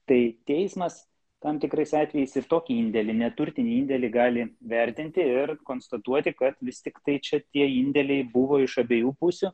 tai teismas tam tikrais atvejais ir tokį indėlį neturtinį indėlį gali vertinti ir konstatuoti kad vis tiktai čia tie indėliai buvo iš abiejų pusių